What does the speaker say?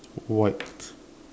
white